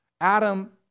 Adam